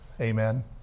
Amen